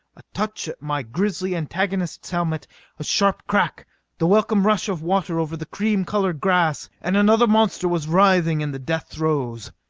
a touch at my grisly antagonist's helmet a sharp crack the welcome rush of water over the cream-colored grass and another monster was writhing in the death throes!